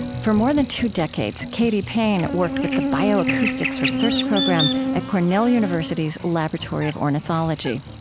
for more than two decades, katy payne worked with the bioacoustics research program at cornell university's laboratory of ornithology.